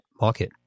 market